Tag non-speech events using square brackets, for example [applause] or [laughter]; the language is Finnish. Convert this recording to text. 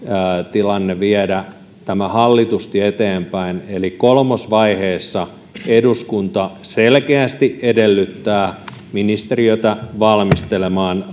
tilanne viedä tämä hallitusti eteenpäin eli kolmosvaiheessa eduskunta selkeästi edellyttää ministeriötä valmistelemaan [unintelligible]